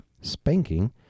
spanking